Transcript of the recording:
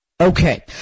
Okay